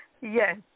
Yes